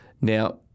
Now